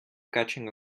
catching